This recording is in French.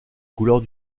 couleurs